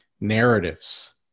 narratives